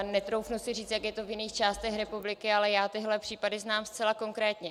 Netroufnu si říci, jak je to v jiných částech republiky, ale já tyhle případy znám zcela konkrétně.